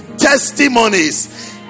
Testimonies